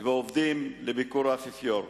ועובדים על ביקור האפיפיור,